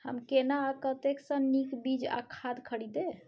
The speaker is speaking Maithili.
हम केना आ कतय स नीक बीज आ खाद खरीदे?